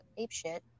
apeshit